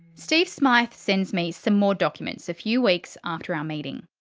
steve smyth sends me some more documents a few weeks after our meeting.